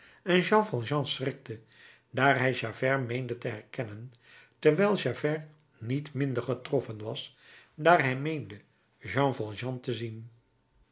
en jean valjean schrikte daar hij javert meende te herkennen terwijl javert niet minder getroffen was daar hij meende jean valjean te zien